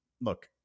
look